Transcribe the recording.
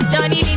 Johnny